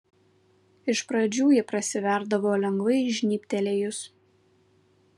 iš pradžių ji prasiverdavo lengvai žnybtelėjus